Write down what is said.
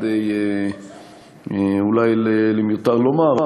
אולי מיותר לומר,